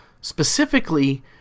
specifically